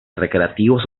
recreativos